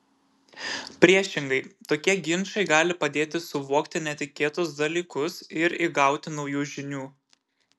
priešingai tokie ginčai gali padėti suvokti netikėtus dalykus ir įgauti naujų žinių